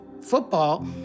football